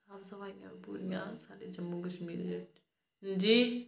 साफ़ सफाइयां पूरियां साढ़े जम्मू कश्मीर बिच्च जी